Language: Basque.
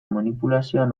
manipulazioan